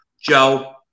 Joe